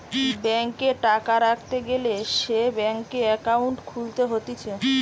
ব্যাংকে টাকা রাখতে গ্যালে সে ব্যাংকে একাউন্ট খুলতে হতিছে